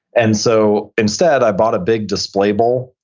and so instead, i bought a big display bowl,